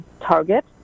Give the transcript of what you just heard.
Target